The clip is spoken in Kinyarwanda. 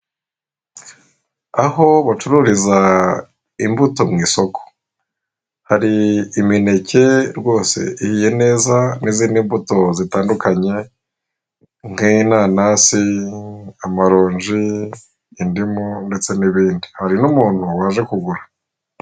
Aho bacururiza imbuto mu isoko, hari imineke rwose ihiye neza n'izindi mbuto zitandukanye nk'inanasi, amaronji, indimu ndetse n'ibindi. Hari n'umuntu waje kugura.